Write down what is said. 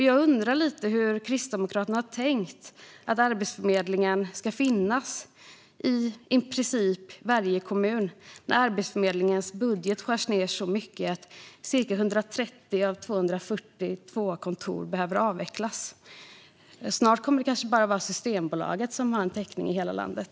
Jag undrar hur Kristdemokraterna har tänkt att Arbetsförmedlingen ska finnas i princip i varje kommun när Arbetsförmedlingens budget skärs ned så mycket att ca 130 av 242 kontor behöver avvecklas. Snart är det kanske bara Systembolaget som har täckning i hela landet.